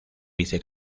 vice